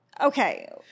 Okay